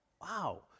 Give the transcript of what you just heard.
Wow